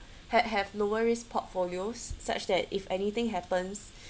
ha~ have lower risk portfolios such that if anything happens